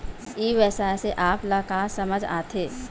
ई व्यवसाय से आप ल का समझ आथे?